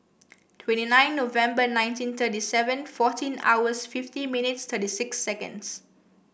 twenty nine November nineteen thirty seven fourteen hours fifty minutes thirty six seconds